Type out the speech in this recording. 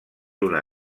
una